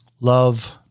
love